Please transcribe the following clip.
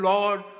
Lord